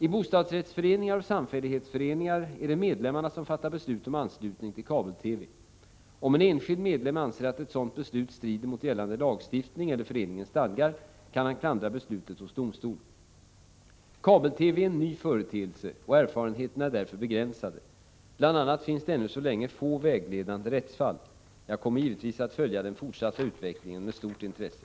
I bostadsrättsföreningar och samfällighetsföreningar är det medlemmarna som fattar beslut om anslutning till kabel-TV. Om en enskild medlem anser att ett sådant beslut strider mot gällande lagstiftning eller föreningens stadgar kan han klandra beslutet hos domstol. Kabel-TV är en ny företeelse, och erfarenheterna är därför begränsade. Bl. a. finns det ännu så länge få vägledande rättsfall. Jag kommer givetvis att följa den fortsatta utvecklingen med stort intresse.